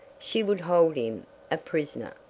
she would hold him a prisoner,